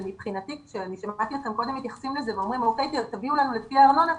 אני שמעתי אתכם קודם מתייחסים לזה ואומרים שניתן לכם רשימה לפי הארנונה,